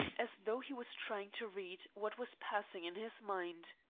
as though he was trying to read what was passing in his mind.